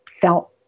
felt